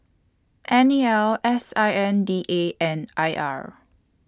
N E L S I N D A and I R